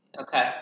Okay